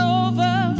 over